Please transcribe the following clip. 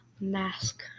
mask